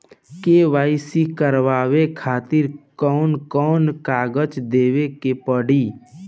KYC करवावे खातिर कौन कौन कागजात देवे के पड़ी?